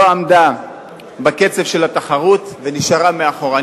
לא עמדה בקצב של התחרות ונשארה מאחור,